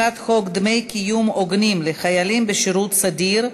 הצעת חוק דמי קיום הוגנים לחיילים בשירות סדיר,